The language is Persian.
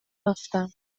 بافتم